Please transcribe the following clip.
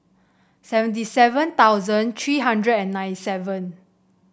seventy seven thousand three hundred and ninety seven